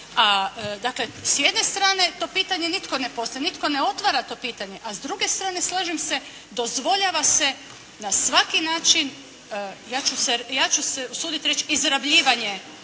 Dakle s jedne strane to pitanje nitko ne postavlja, nitko ne otvara to pitanje. A s druge strane slažem se dozvoljava se na svaki način ja ću se, ja ću se usuditi reći izrabljivanje